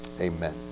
Amen